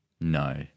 no